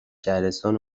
شهرستان